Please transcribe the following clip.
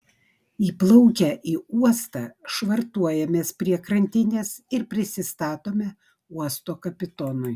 įplaukę į uostą švartuojamės prie krantinės ir prisistatome uosto kapitonui